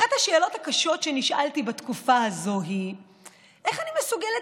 אחת השאלות הקשות שנשאלתי בתקופה הזאת היא איך אני מסוגלת